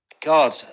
God